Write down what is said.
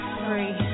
free